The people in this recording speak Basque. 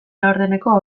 laurdeneko